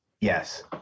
Yes